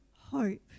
hope